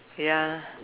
ya